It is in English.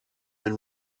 and